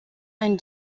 ein